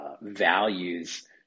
values